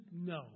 no